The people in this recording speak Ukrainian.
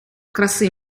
краси